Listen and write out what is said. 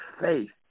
faith